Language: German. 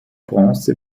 bronze